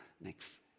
Next